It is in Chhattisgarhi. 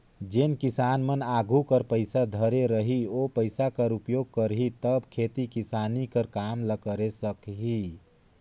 जेन किसान मन आघु कर पइसा धरे रही ओ पइसा कर उपयोग करही तब खेती किसानी कर काम ल करे सकही